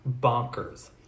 bonkers